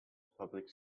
public